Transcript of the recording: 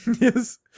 Yes